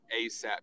ASAP